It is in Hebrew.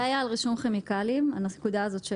לא, זה היה על רישום כימיקלים, הנקודה הזאת.